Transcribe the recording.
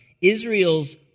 Israel's